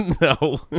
No